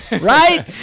right